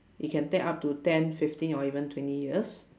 it can take up to ten fifteen or even twenty years